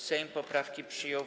Sejm poprawki przyjął.